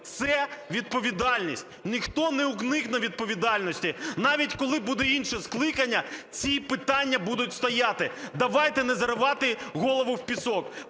це відповідальність. Ніхто не уникне відповідальності, навіть коли буде інше скликання, ці питання будуть стояти. Давайте не заривати голову в пісок.